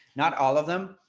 not all of them.